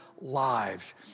lives